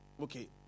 okay